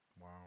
Wow